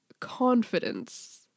confidence